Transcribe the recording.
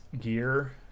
gear